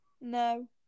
No